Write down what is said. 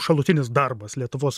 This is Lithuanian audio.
šalutinis darbas lietuvos